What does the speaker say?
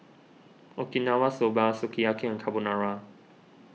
Okinawa Soba Sukiyaki and Carbonara